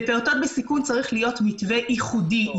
לפעוטות בסיכון צריך להיות מתווה ייחודי, ייעודי.